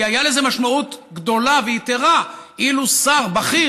כי הייתה לזה משמעות גדולה ויתרה אילו שר בכיר